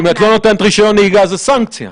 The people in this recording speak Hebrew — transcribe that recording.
אם את לא נותנת רישיון נהיגה, זו סנקציה.